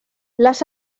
les